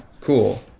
cool